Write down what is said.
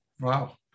Wow